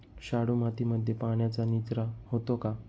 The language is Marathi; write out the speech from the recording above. शाडू मातीमध्ये पाण्याचा निचरा होतो का?